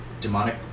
demonic